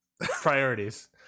priorities